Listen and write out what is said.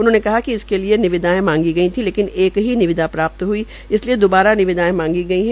उन्होंने कहा कि इसके लिये निविदायें मांगी गड्र थी लेकिन एक ही निविदा प्राप्त हई इसलिये दोबारा निनिदायें मांगी गई है